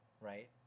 right